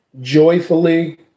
joyfully